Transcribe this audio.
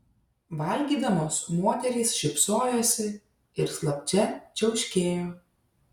valgydamos moterys šypsojosi ir slapčia čiauškėjo